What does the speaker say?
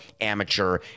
amateur